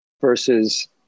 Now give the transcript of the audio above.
versus